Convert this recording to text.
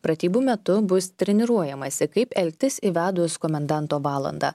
pratybų metu bus treniruojamasi kaip elgtis įvedus komendanto valandą